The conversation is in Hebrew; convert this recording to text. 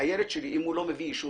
הילד שלי, אם הוא לא מביא אישור